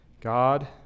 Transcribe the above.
God